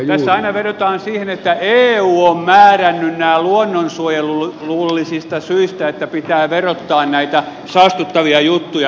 tässä aina vedotaan siihen että eu on määrännyt luonnonsuojelullisista syistä että pitää verottaa näitä saastuttavia juttuja